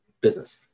business